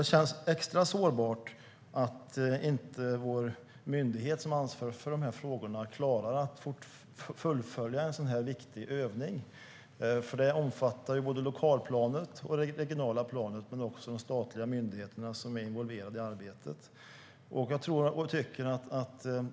Det känns extra sårbart när vår myndighet som är ansvarig för de frågorna inte klarar av att fullfölja en sådan viktig övning. Den omfattar såväl lokalplanet och det regionala planet som de statliga myndigheter som är involverade i arbetet.